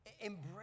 Embrace